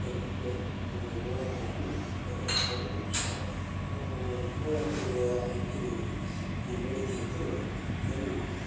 ಟೈಮಲ್ಲಿ ಈ ಜೋಳದ ಬೆಳೆಯನ್ನು ಅತೀ ಹೆಚ್ಚಾಗಿ ಬೆಳಿತಾರೆ ಜೋಳಕ್ಕೆ ಈಗ ಹೆಚ್ಚಿನ ಬೇಡಿಕೆ ಇದ್ದೂ ಅದನ್ನೂ